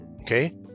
okay